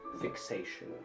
fixation